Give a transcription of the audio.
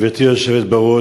גברתי היושבת בראש,